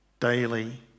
daily